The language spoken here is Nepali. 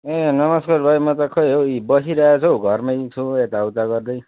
ए नमस्कार भाइ म त खोइ हौ इ बसिराखेको छु हौ घरमै छु यता उता गर्दै